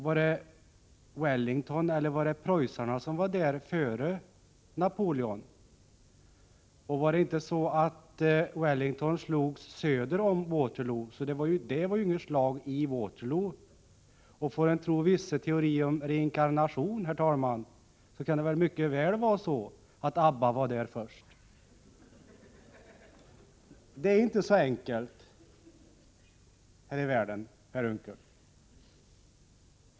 Var det Wellington eller preussarna som var där före Napoleon? Var det inte så att Wellington slogs söder om Waterloo? Så det var inget slag vid Waterloo. Får man tro vissa teorier om reinkarnation, herr talman, kan det mycket väl vara så att ABBA var där först. Det är inte så enkelt här i världen, Per Unckel.